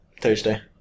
Thursday